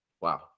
Wow